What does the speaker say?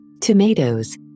Tomatoes